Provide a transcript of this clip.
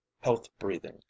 health-breathing